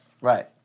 Right